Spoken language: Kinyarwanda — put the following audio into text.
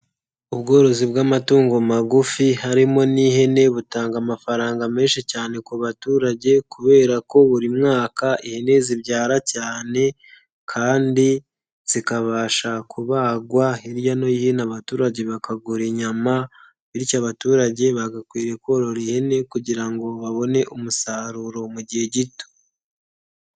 Ubworozi bw'amatungo magufi harimo n'ihene, butanga amafaranga menshi cyane ku baturage, kubera ko buri mwaka ihene zibyara cyane kandi zikabasha kubagwa, hirya no hino abaturage bakagura inyama, bityo abaturage bagakwiye korora ihene, kugira ngo babone umusaruro mu gihe gito.